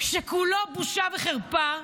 שכולו בושה וחרפה,